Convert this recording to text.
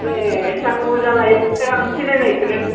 ए एसेबां बुर्जा लायो आं सिनायनायखौनो